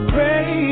Pray